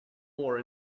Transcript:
more